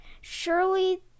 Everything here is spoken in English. Surely